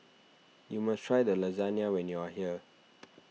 you must try Lasagne when you are here